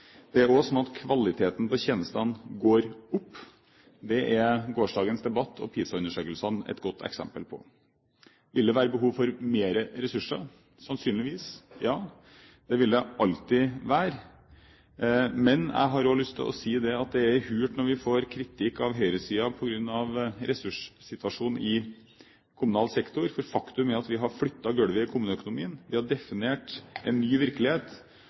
Det er også slik at kvaliteten på tjenestene går opp. Det er gårsdagens debatt og PISA-undersøkelsene et godt eksempel på. Vil det være behov for mer ressurser? Sannsynligvis, ja. Det vil det alltid være. Men jeg har lyst til å si at det er litt hult når vi får kritikk av høyresiden på grunn av ressurssituasjonen i kommunal sektor, for faktum er at vi har flyttet gulvet i kommuneøkonomien. Vi har definert en ny virkelighet.